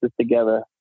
together